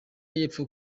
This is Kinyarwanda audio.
y’epfo